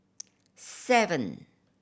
seven